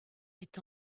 est